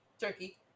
turkey